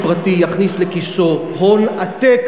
למה שמישהו פרטי יכניס לכיסו הון עתק